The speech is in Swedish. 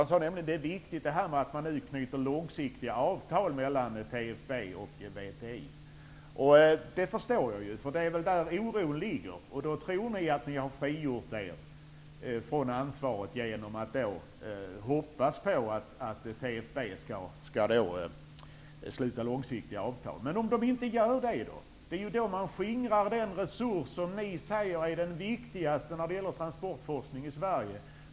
Han sade nämligen att det är viktigt att det nu knyts långsiktiga avtal mellan TFB och VTI. Det förstår jag, eftersom det väl är där som oron ligger. Ni tror att ni har frigjort er från ansvaret genom att hoppas på att TFB skall sluta långsiktiga avtal. Men tänk om TFB inte gör det. Då skingras den resurs, med internationella kvaliteter, som ni säger är den viktigaste när det gäller transportforskning i Sverige.